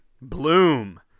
Bloom